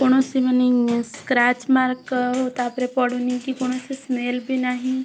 କୌଣସି ମାନେ scratch mark ତା ଉପରେ ପଡ଼ୁନି କି କି କୌଣସି ସ୍ମେଲ୍ ବି ନାହିଁ